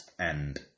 end